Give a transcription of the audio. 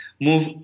move